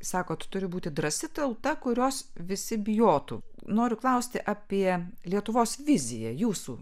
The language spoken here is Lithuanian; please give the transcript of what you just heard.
sako tu turi būti drąsi tauta kurios visi bijotų noriu klausti apie lietuvos viziją jūsų